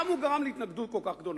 גם הוא גרם להתנגדות כל כך גדולה,